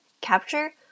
capture